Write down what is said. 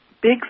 big